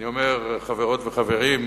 אני אומר: חברות וחברים,